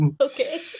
Okay